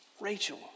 Rachel